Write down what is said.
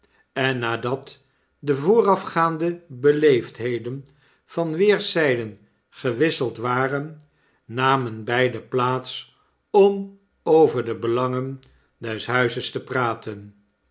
en nadat de voorafgaande beleefdheden van weerszyden gewisseld waren namen beiden plaats om over de belangen des huizes te praten